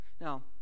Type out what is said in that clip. Now